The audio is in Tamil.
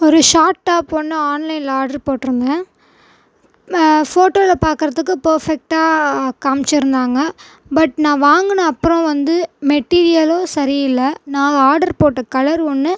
ஒரு ஷார்ட் டாப் ஒன்று ஆன்லைனில் ஆர்டெர் போட்டுருந்தன் போட்டோல்ல பார்க்குறதுக்கு பர்ஃபெக்ட்டாக காமிச்சிருந்தாங்க பட் நான் வாங்குனன் அப்புறம் வந்து மெட்டிரியலும் சரியில்லை நான் ஆர்டெர் போட்ட கலர் ஒன்று